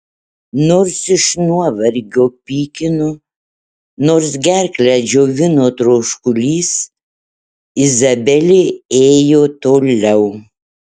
nors iš nuovargio pykino nors gerklę džiovino troškulys izabelė ėjo toliau